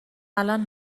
الان